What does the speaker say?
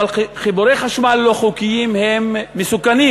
אבל חיבורי חשמל לא חוקיים הם מסוכנים.